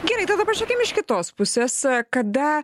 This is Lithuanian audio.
gerai tada pažiūrėkim iš kitos pusės kada